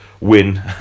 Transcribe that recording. win